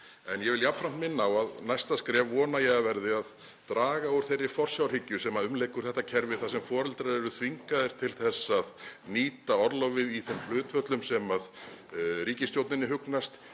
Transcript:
Ég vil jafnframt minna á að næsta skref vona ég að verði til að draga úr þeirri forsjárhyggju sem umlykur þetta kerfi þar sem foreldrar eru þvingaðir til þess að nýta orlofið í þeim hlutföllum sem ríkisstjórninni hugnast